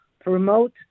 promote